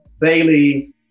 Bailey